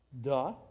Duh